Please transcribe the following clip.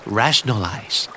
rationalize